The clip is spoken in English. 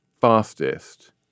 fastest